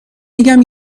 میگم